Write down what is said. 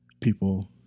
people